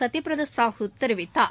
சத்ய பிரதா சாஹூ தெரிவித்தார்